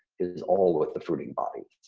is all with the fruiting bodies.